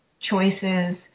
Choices